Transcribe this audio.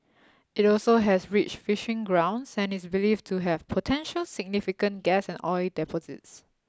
it also has rich fishing grounds and is believed to have potentially significant gas and oil deposits